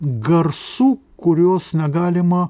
garsų kurios negalima